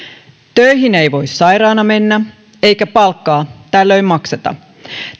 töihin ei voi sairaana mennä eikä palkkaa tällöin makseta